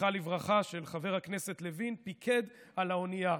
זכרה לברכה, של חבר הכנסת לוין פיקד על האונייה.